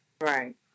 Right